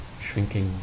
shrinking